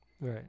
right